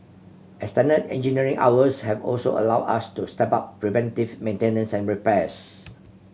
extended engineering hours have also allowed us to step up preventive maintenance and repairs